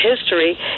history